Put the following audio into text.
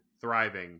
thriving